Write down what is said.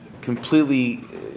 completely